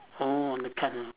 orh the